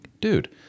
dude